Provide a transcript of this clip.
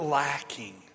lacking